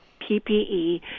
PPE